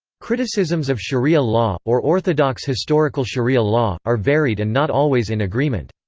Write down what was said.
criticisms of sharia law or orthodox historical sharia law are varied and not always in agreement.